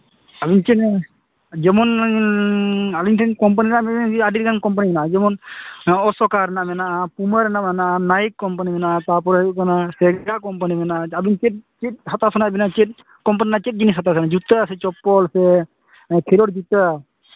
ᱟᱫᱚ ᱪᱮᱫ ᱡᱮᱢᱚᱱ ᱟᱹᱞᱤᱧ ᱴᱷᱮᱱ ᱠᱳᱢᱯᱟᱱᱤ ᱨᱮᱱᱟᱜ ᱟᱹᱰᱤᱜᱟᱱ ᱠᱳᱢᱯᱟᱱᱤ ᱦᱮᱱᱟᱜᱼᱟ ᱡᱮᱢᱚᱱ ᱚᱥᱳᱠᱟ ᱨᱮᱱᱟᱜ ᱢᱮᱱᱟᱜᱼᱟ ᱯᱩᱢᱟ ᱨᱮᱱᱟᱜ ᱢᱮᱱᱟᱜᱼᱟ ᱱᱟᱭᱤᱠ ᱠᱳᱢᱯᱟᱱᱤ ᱢᱮᱱᱟᱜᱼᱟ ᱛᱟᱯᱚᱨᱮ ᱚᱱᱟ ᱥᱮᱞᱡᱟ ᱠᱳᱢᱯᱟᱱᱤ ᱢᱮᱱᱟᱜᱼᱟ ᱟᱵᱮᱱ ᱪᱮᱫ ᱪᱮᱫ ᱦᱟᱛᱟᱣ ᱥᱟᱱᱟᱭᱮᱫ ᱵᱮᱱᱟ ᱪᱮᱫ ᱠᱳᱢᱯᱟᱱᱤ ᱨᱮᱱᱟᱜ ᱪᱮᱫ ᱡᱤᱱᱤᱥ ᱦᱟᱛᱟᱣ ᱵᱮᱱ ᱡᱩᱛᱟᱹ ᱥᱮ ᱪᱮᱯᱯᱮᱞ ᱥᱮ ᱠᱷᱮᱞᱳᱰ ᱡᱩᱛᱟᱹ